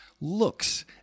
looks